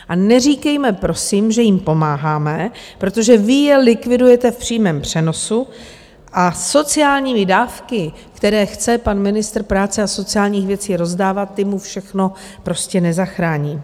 A neříkejme, prosím, že jim pomáháme, protože vy je likvidujete v přímém přenosu a sociálními dávkami, které chce pan ministr práce a sociálních věcí rozdávat, ty mu všechno prostě nezachrání.